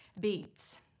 beats